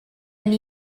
new